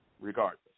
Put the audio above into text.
regardless